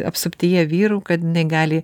apsuptyje vyrų kad jinai gali